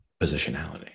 positionality